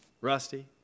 Rusty